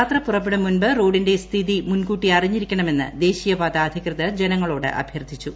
യാത്ര പുറപ്പെടും മുൻപ് റോഡിന്റെ സ്ഥിതി മുൻകൂട്ടി അറിഞ്ഞിരിക്കണമെന്ന് ദേശീയപാത അധികൃതർ ജനങ്ങളോട് അഭ്യർത്ഥിച്ചു